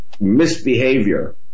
misbehavior